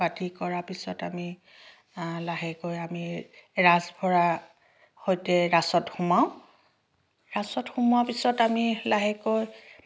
বাতি কৰা পিছত আমি লাহেকৈ আমি ৰাঁচভৰা সৈতে ৰাঁচত সোমাওঁ ৰাঁচত সোমোৱাৰ পিছত আমি লাহেকৈ